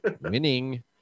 winning